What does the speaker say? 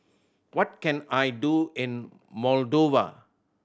what can I do in Moldova